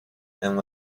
and